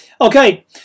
okay